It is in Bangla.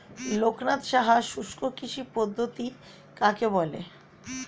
লোকনাথ সাহা শুষ্ককৃষি পদ্ধতি কাকে বলে?